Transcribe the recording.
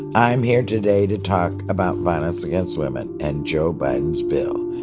i'm here today to talk about violence against women and joe biden's bill.